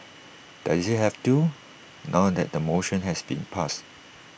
does he have to now that the motion has been passed